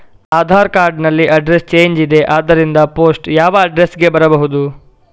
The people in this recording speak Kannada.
ಆಧಾರ್ ಕಾರ್ಡ್ ನಲ್ಲಿ ಅಡ್ರೆಸ್ ಚೇಂಜ್ ಇದೆ ಆದ್ದರಿಂದ ಪೋಸ್ಟ್ ಯಾವ ಅಡ್ರೆಸ್ ಗೆ ಬರಬಹುದು?